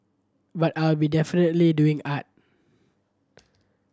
but I'll be definitely doing art